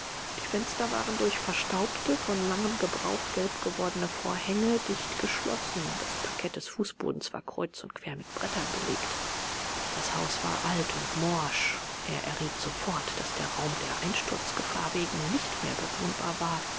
die fenster waren durch verstaubte von langem gebrauch gelb gewordene vorhänge dicht geschlossen das parkett des fußbodens war kreuz und quer mit brettern belegt das haus war alt und morsch er erriet sofort daß der raum der einsturzgefahr wegen nicht mehr bewohnbar war